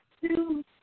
two